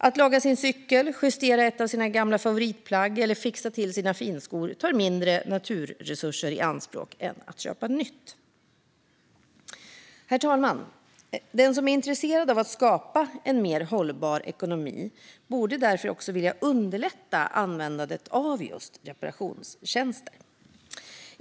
Att laga sin cykel, justera ett av sina gamla favoritplagg eller fixa till sina finskor tar mindre naturresurser i anspråk än att köpa nytt. Herr talman! Den som är intresserad av att skapa en mer hållbar ekonomi borde därför vilja underlätta användandet av just reparationstjänster.